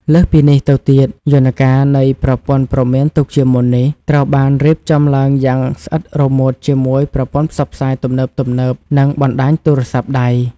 លើសពីនេះទៅទៀត យន្តការនៃប្រព័ន្ធព្រមានទុកជាមុននេះ ត្រូវបានរៀបចំឡើងយ៉ាងស្អិតរមួតជាមួយប្រព័ន្ធផ្សព្វផ្សាយទំនើបៗ និងបណ្តាញទូរស័ព្ទដៃ។